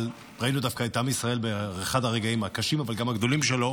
דווקא ראינו את עם ישראל באחד הרגעים הקשים אבל גם הגדולים שלו,